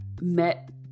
met